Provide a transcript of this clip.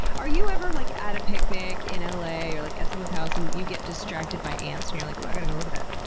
are you ever like at a picnic in ah la or like at someone's house and you get distracted by ants and you're like, ooh, i gotta go look at that.